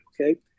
okay